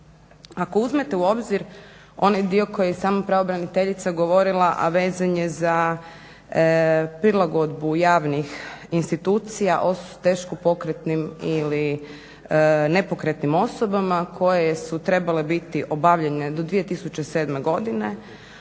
Ako uzmete u obzir onaj dio koji je samo pravobraniteljica govorila, a vezan je za prilagodbu javnih institucija teško pokretnim ili nepokretnim osobama koje su trebale biti obavljene do 2007. godine,